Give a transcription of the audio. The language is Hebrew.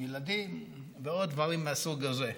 ילדים ועוד דברים מהסוג הזה,